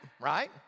right